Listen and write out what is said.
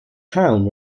town